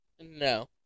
No